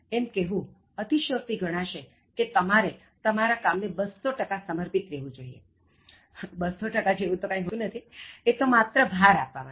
એમ કહેવું અતિશયોક્તિ ગણાશે કે તમારે તમારા કામને 200 સમર્પિત રહેવું જોઇએ 200 જેવું કાંઇ હોતું નથી એ તો માત્ર ભાર આપવા માટે